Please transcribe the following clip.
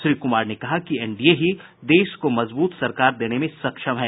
श्री कुमार ने कहा कि एनडीए ही देश को मजबूत सरकार देने में सक्षम है